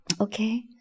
Okay